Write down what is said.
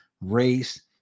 race